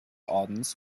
ordens